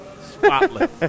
spotless